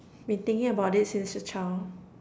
been thinking about it since a child